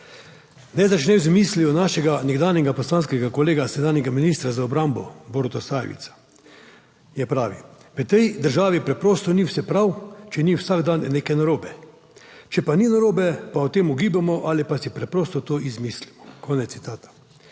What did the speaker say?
Naj začnem z mislijo našega nekdanjega poslanskega kolega, sedanjega ministra za obrambo Boruta Sajovica, je pravi: "V tej državi preprosto ni vse prav, če ni vsak dan nekaj narobe. Če pa ni narobe, pa o tem ugibamo ali pa si preprosto to izmislimo." Konec citata.